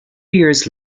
years